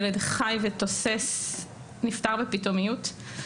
ילד חי ותוסס נפטר בפתאומיות.